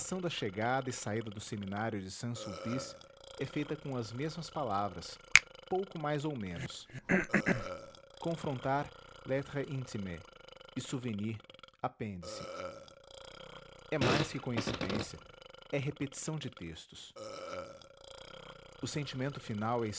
da chegada e saída do seminário de saint sulpice é feita com as mesmas palavras pouco mais ou menos conf lettres intimes e souvenirs apêndice é mais que coincidência é repetição de textos o sentimento final